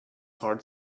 heart